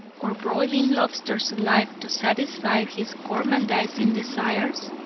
or broiling lobsters alive to satisfy his gormandizing desires?